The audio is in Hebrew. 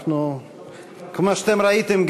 כמו שאתם ראיתם,